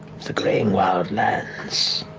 the greying wildlands.